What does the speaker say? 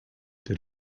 did